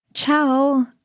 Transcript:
Ciao